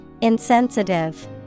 Insensitive